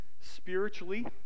spiritually